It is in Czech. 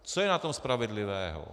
Co je na tom spravedlivého?